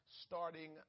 starting